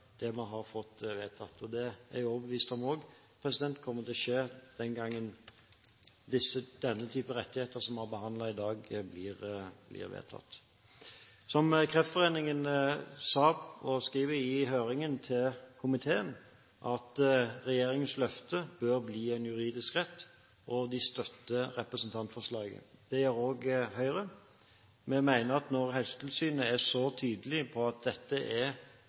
det vi har fått vedtatt. Det er jeg overbevist om også kommer til å skje når den type rettigheter som vi har behandlet i dag, blir vedtatt. Kreftforeningen sa til komiteen i høringen at regjeringens løfte bør bli en juridisk rett, og de støtter representantforslaget. Det gjør også Høyre. Vi mener at når Helsetilsynet er så tydelig på at det er